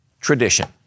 tradition